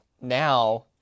now